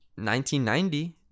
1990